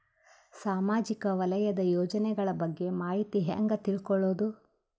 ಸಾಮಾಜಿಕ ವಲಯದ ಯೋಜನೆಗಳ ಬಗ್ಗೆ ಮಾಹಿತಿ ಹ್ಯಾಂಗ ತಿಳ್ಕೊಳ್ಳುದು?